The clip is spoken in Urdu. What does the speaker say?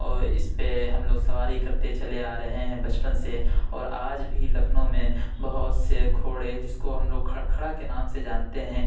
اور اِس پہ ہم لوگ سواری کرتے چلے آ رہے ہیں بچپن سے اور آج بھی لکھنؤ میں بہت سے گھوڑے جس کو ہم کھڑ کھڑا کے نام سے جانتے ہیں